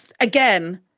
again